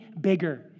bigger